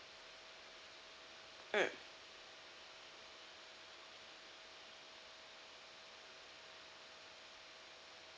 mm